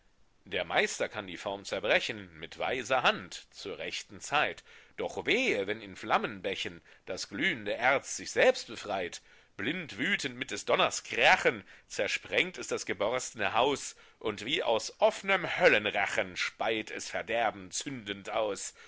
der meister kann die form zerbrechen mit weiser hand zur rechten zeit doch wehe wenn in flammenbächen das glühnde erz sich selbst befreit blindwütend mit des donners krachen zersprengt es das geborstne haus und wie aus offnem höllenrachen speit es verderben zündend aus